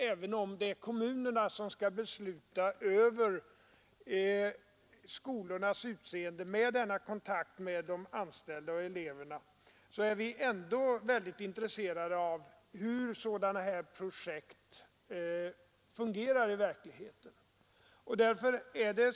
Även om det är kommunerna som skall besluta över skolornas utseende, med denna kontakt med de anställda och eleverna etc., är vi från centralt håll intresserade av hur sådana här projekt fungerar i verkligheten.